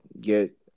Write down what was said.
get